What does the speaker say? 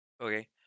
Okay